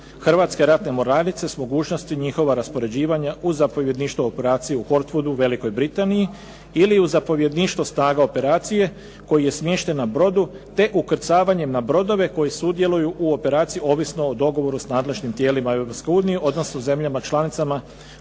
Hrvatske ratne mornarice s mogućnosti njihova raspoređivanja u zapovjedništvo Operacije u Hortvudu u Velikoj Britaniji ili u zapovjedništvo snaga operacije koji je smješten na brodu, te ukrcavanjem na brodove koji sudjeluju u operaciji ovisno o dogovoru sa nadležnim tijelima Europske unije, odnosno zemljama članicama koje